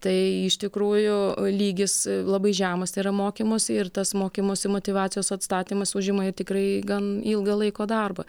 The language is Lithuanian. tai iš tikrųjų lygis labai žemas tėra mokymosi ir tas mokymosi motyvacijos atstatymas užima ir tikrai gan ilgą laiko darbą